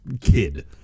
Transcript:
kid